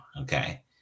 okay